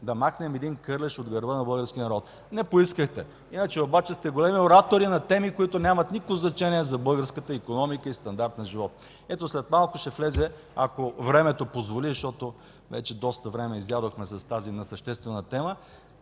да махнем един кърлеж от гърба на българския народ. Не поискахте. Иначе сте големи оратори обаче на теми, които нямат никакво значение за българската икономика и стандарт на живот. Ето, след малко, ако времето позволи, защото вече доста време изядохме с тази несъществена тема,